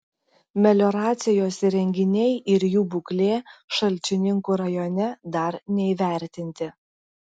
melioracijos įrenginiai ir jų būklė šalčininkų rajone dar neįvertinti